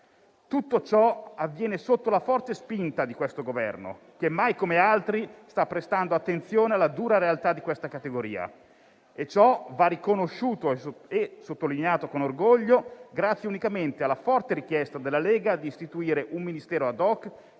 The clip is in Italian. Tutto questo avviene sotto la forte spinta di questo Governo, che, mai come altri, sta prestando attenzione alla dura realtà di questa categoria, grazie unicamente - ciò va riconosciuto e sottolineato con orgoglio - alla forte richiesta della Lega di istituire un Ministero *ad hoc*,